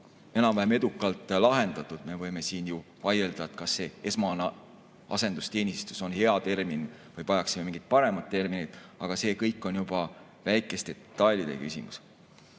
enam-vähem edukalt lahendatud. Me võime siin ju vaielda, kas "esmane asendusteenistus" on hea termin või vajaksime mingit paremat terminit, aga see on juba detailide küsimus.